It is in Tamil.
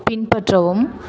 பின்பற்றவும்